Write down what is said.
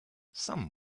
some